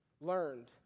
learned